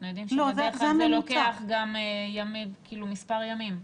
אנחנו יודעים שבדרך כלל זה לוקח גם מספר ימים.